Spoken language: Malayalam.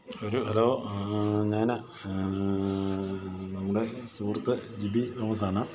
ഒരു ഹലോ ഞാൻ നമ്മുടെ സുഹൃത്ത് ജിബി തോമസാണ്